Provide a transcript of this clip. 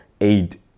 aid